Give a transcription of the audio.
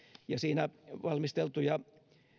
ja valmisteltuja